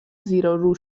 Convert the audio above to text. زیرورو